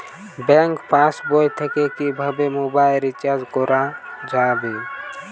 Bank পাশবই থেকে কিভাবে মোবাইল রিচার্জ করা যাবে?